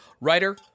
writer